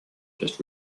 just